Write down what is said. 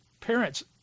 parents